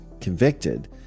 convicted